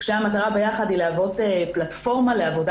כשהמטרה ביחד היא להוות פלטפורמה לעבודה